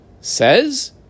says